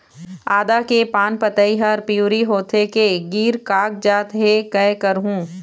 आदा के पान पतई हर पिवरी होथे के गिर कागजात हे, कै करहूं?